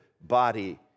body